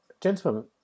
Gentlemen